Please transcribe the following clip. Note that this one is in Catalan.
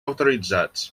autoritzats